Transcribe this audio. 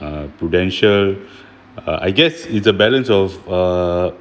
uh prudential uh I guess it's a balance of uh